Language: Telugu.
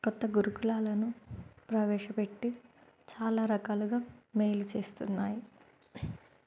కొత్త గురుకులాలను ప్రవేశపెట్టి చాలా రకాలుగా మేలు చేస్తున్నాయి